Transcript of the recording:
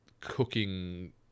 cooking